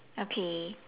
okay